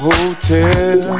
Hotel